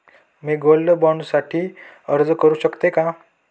मी gold bond साठी अर्ज करु शकते का?